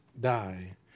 die